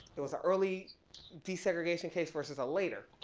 it was a early desegregation case versus a later,